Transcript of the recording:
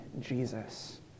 Jesus